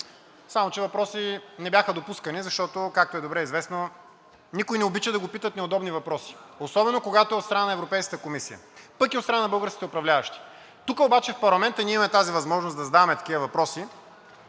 само че въпроси не бяха допускани, защото, както е добре известно, никой не обича да го питат неудобни въпроси, особено, когато е от страна на Европейската комисия, пък и от страна на българските управляващи. Тук обаче, в парламента, ние имаме тази възможност да задаваме такива въпроси.